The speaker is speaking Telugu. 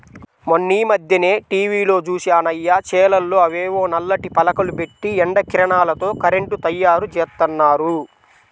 మొన్నీమధ్యనే టీవీలో జూశానయ్య, చేలల్లో అవేవో నల్లటి పలకలు బెట్టి ఎండ కిరణాలతో కరెంటు తయ్యారుజేత్తన్నారు